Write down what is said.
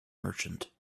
merchant